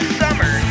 summer